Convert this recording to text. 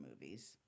movies